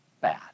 bad